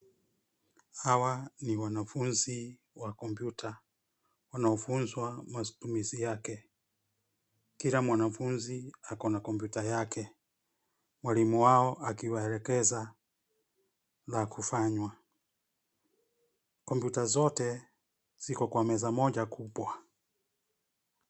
Hawa ni wanafunzi wa kompyuta wanaofunzwa matumizi yake. Kila mwanafunzi ako na kompyuta yake. Mwalimu wao akiwaelekeza la kufanywa. Kompyuta zote ziko kwa meza moja kubwa.